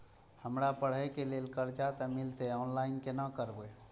हमरा पढ़े के लेल कर्जा जे मिलते ऑनलाइन केना करबे?